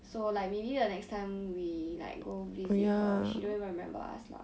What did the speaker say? so like maybe the next time we like go visit her she don't even remember us lah